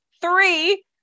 Three